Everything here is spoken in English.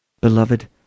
Beloved